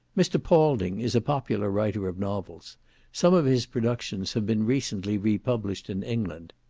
mr. paulding is a popular writer of novels some of his productions have been recently republished in england.